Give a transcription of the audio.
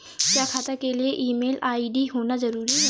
क्या खाता के लिए ईमेल आई.डी होना जरूरी है?